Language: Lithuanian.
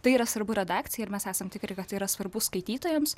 tai yra svarbu redakcijai ir mes esam tikri kad tai yra svarbu skaitytojams